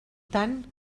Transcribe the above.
tant